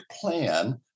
plan